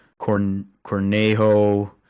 Cornejo